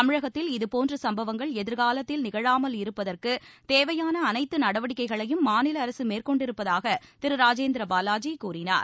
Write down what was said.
தமிழகத்தில் இதபோன்ற சம்பவங்கள் எதிர்காலத்தில் நிகழாமல் இருப்பதற்கு கேவையான அனைத்து நடவடிக்கைகளையும் மாநில அரசு மேற்கொண்டிருப்பதாக திரு ராஜேந்திர பாலாஜி கூறினார்